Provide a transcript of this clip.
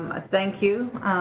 ah thank you,